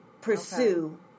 pursue